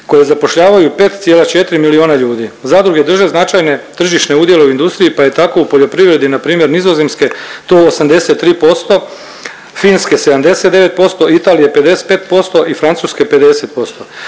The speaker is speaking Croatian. koje zapošljavanju 5,4 milijuna ljudi. Zadruge drže značajne tržišne udjele u industriji, pa je tako u poljoprivredi npr. Nizozemske to 83%, Finske 79%, Italije 55% i Francuske 50%.